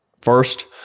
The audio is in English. First